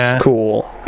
Cool